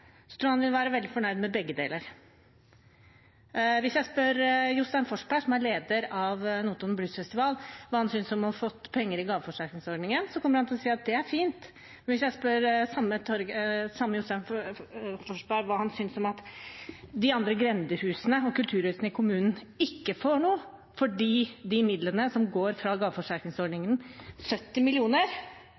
tror jeg han vil være veldig fornøyd med begge deler. Hvis jeg spør Jostein Forsberg, som er leder av Notodden Blues Festival, hva han synes om å få penger i gaveforsterkningsordningen, kommer han til å si at det er fint. Hvis jeg spør den samme Jostein Forsberg om hva han synes om at de andre grendehusene og kulturhusene i kommunen ikke får noe, fordi de midlene som går fra gaveforsterkningsordningen, 70